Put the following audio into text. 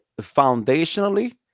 foundationally